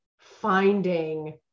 finding